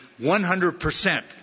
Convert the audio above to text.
100%